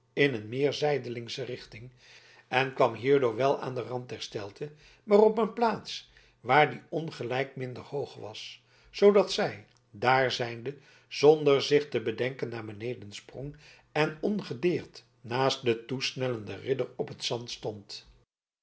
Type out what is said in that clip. in een meer zijdelingsche richting en kwam hierdoor wel aan den rand der steilte maar op een plaats waar die ongelijk minder hoog was zoodat zij daar zijnde zonder zich te bedenken naar beneden sprong en ongedeerd naast den toegesnelden ridder op het zand stond